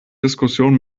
diskussionen